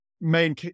main